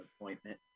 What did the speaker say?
appointment